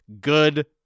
good